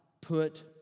put